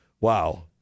Wow